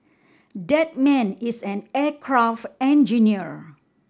that man is an aircraft engineer